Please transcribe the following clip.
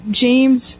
James